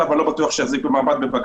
ואני לא בטוח שזה יחזיק מעמד בבג"ץ.